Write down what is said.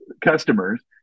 customers